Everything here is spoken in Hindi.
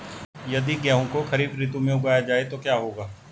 यदि गेहूँ को खरीफ ऋतु में उगाया जाए तो क्या होगा?